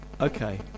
Okay